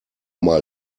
mal